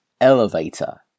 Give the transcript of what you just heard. elevator